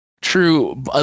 True